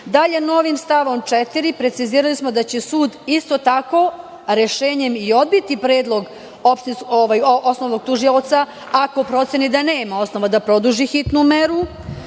Dalje, novim članom 4. precizirali smo da će sud isto tako rešenjem i odbiti predlog osnovnog tužioca ako proceni da nema osnova da produži hitnu meru.